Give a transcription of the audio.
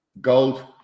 gold